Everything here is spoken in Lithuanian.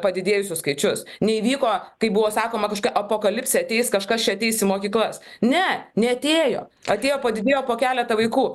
padidėjusius skaičius neįvyko kaip buvo sakoma kažkokia apokalipsė ateis kažkas čia ateis į mokyklas ne neatėjo atėjo padidėjo po keletą vaikų